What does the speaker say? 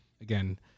again